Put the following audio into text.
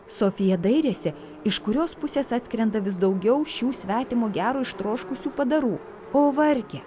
sofija dairėsi iš kurios pusės atskrenda vis daugiau šių svetimo gero ištroškusių padarų o varge